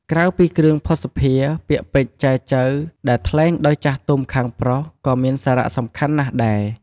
ក្រៅពីគ្រឿងភស្តុភារ ពាក្យពេចន៍ចែចូវ ដែលថ្លែងដោយចាស់ទុំខាងប្រុស ក៏មានសារៈសំខាន់ណាស់ដែរ។